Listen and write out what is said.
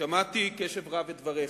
שמעתי בקשב רב את דבריך.